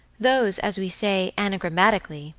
those, as we say, anagrammatically,